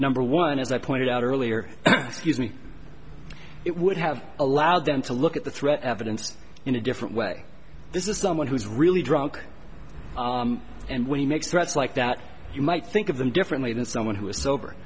number one as i pointed out earlier me it would have allowed them to look at the threat evidence in a different way this is someone who's really drunk and when he makes threats like that you might think of them differently than someone who is s